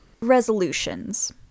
resolutions